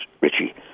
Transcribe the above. Richie